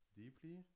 deeply